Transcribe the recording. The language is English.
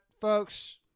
folks